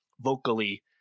vocally